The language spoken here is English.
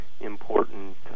important